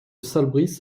salbris